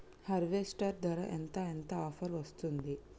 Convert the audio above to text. Harvester ధర ఎంత ఎంత ఆఫర్ వస్తుంది?